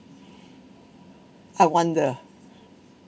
I wonder